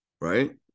right